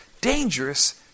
dangerous